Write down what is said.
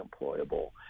employable